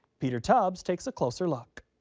peter tubbs takes a closer look.